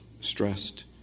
stressed